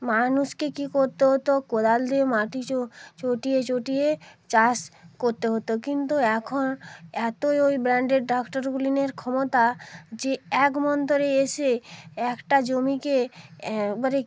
মানুষকে কী করতে হতো কোদাল দিয়ে মাটি চ চটিয়ে চটিয়ে চাষ করতে হতো কিন্তু এখন এতো ওই ব্র্যান্ডের ট্র্যাক্টারগুলির ক্ষমতা যে এক মন্তরে এসে একটা জমিকে একবারে